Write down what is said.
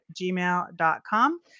gmail.com